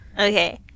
Okay